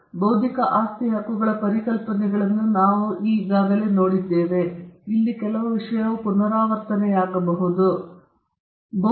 ಸರಿಯಾದ ಕ್ರ್ಯಾನ್ಸ್ ಹಕ್ಕುಗಳ ಹೋಲ್ಡರ್ ಇತರರ ವಿರುದ್ಧ ಅದನ್ನು ಒತ್ತಾಯ ಮಾಡುವ ಆಯ್ಕೆ